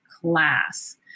class